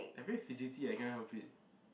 I very fidgety I cannot help it